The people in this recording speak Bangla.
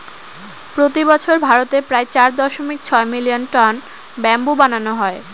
প্রতি বছর ভারতে প্রায় চার দশমিক ছয় মিলিয়ন টন ব্যাম্বু বানানো হয়